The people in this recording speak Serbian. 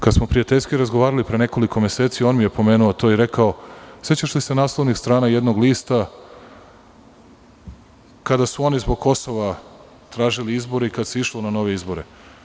Kada smo prijateljski razgovarali pre nekoliko meseci, on nije pomenuo – sećaš li se naslovnih strana jednog lista kada su oni zbog Kosova tražili izbore i kada se išlo na nove izbore?